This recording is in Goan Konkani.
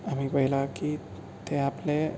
आमी पळयलां की ते आपले